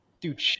Dude